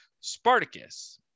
Spartacus